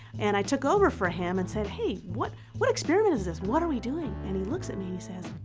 and i took over for him and said, hey, what what experiment is this? what are we doing? and he looks at me and he says,